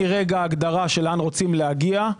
מרגע ההגדרה של לאן רוצים להגיע,